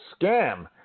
scam